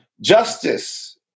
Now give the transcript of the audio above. justice